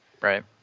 Right